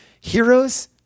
Heroes